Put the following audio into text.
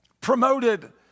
promoted